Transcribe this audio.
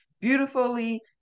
beautifully